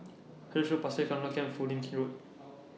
Halifax Road Pasir Laba Camp Foo Lin's Road